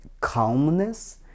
calmness